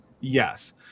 Yes